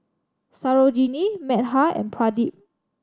Sarojini Medha and Pradip